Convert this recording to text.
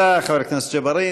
חברת הכנסת ברקו.